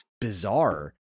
bizarre